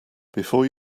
before